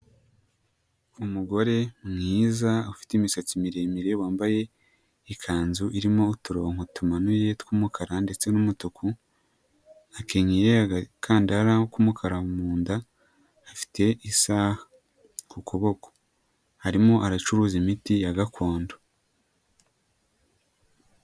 Umugore mwiza ufite imisatsi miremire wambaye ikanzu irimo uturonko tumanuye tw'umukara ndetse n'umutuku, akenyeye agakandara k'umukara mu nda afite isaha ku kuboko, arimo aracuruza imiti ya gakondo.